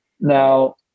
Now